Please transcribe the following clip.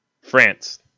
France